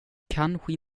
kanske